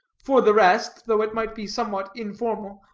for the rest, though it might be somewhat informal,